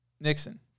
Nixon